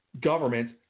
government